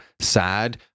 sad